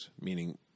meaning